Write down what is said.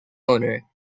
owner